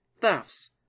thefts